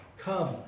Come